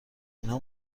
اینها